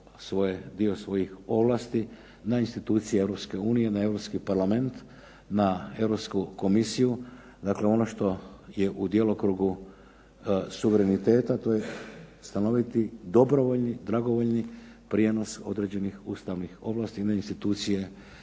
dio svojih ovlasti na institucije Europske unije, na europski Parlament, na Europsku komisiju dakle ono što je u djelokrugu suvereniteta to je stanoviti dobrovoljni dragovoljni prijenos ustavnih ovlasti na institucije